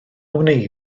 wnei